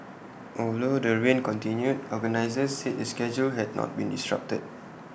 although the rain continued organisers said the schedule had not been disrupted